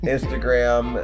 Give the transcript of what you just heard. Instagram